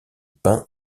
peint